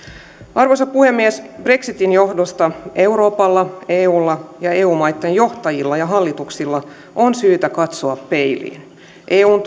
arvoisa puhemies brexitin johdosta euroopalla eulla ja eu maitten johtajilla ja hallituksilla on syytä katsoa peiliin eun